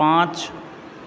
पाँच